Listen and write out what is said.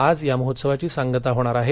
आज या महोत्सवाची सांगता होणार आहे